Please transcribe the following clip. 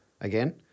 again